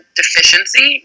deficiency